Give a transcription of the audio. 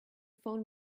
phone